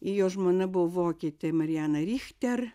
ir jo žmona buvo vokietė mariana rišter